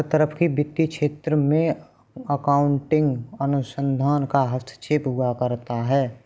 हर तरह के वित्तीय क्षेत्र में अकाउन्टिंग अनुसंधान का हस्तक्षेप हुआ करता है